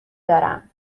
دارم